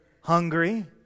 hungry